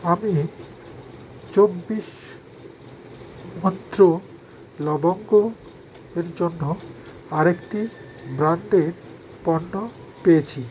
আমি চব্বিশ মন্ত্র লবঙ্গ এর অন্য আরেকটি ব্র্যান্ডের পণ্য পেয়েছি